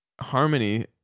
harmony